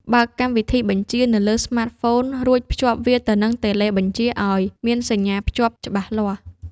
បើកកម្មវិធីបញ្ជានៅលើស្មាតហ្វូន រួចភ្ជាប់វាទៅនឹងតេឡេបញ្ជាឱ្យមានសញ្ញាភ្ជាប់ច្បាស់លាស់។